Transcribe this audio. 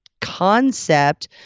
concept